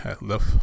left